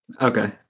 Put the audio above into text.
Okay